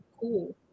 cool